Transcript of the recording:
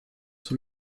sur